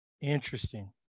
interesting